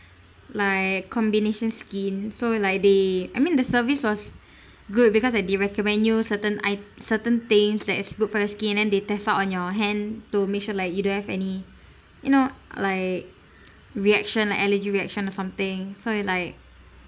like combination skin so like they I mean the service was good because like they recommend you certain i~ certain things that is good for your skin and then they test out on your hand to make sure like you don't have any you know like reaction like allergy reaction or something so is like